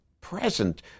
present